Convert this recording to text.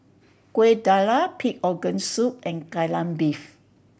Kueh Dadar pig organ soup and Kai Lan Beef